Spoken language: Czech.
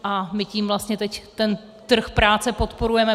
A my tím vlastně ten trh práce podporujeme.